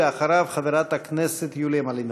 אחריו, חברת הכנסת יוליה מלינובסקי.